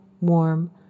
warm